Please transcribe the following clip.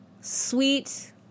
sweet